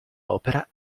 opera